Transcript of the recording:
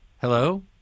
Hello